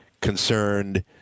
concerned